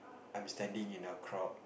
I'm standing in a crowd